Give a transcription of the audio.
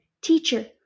Teacher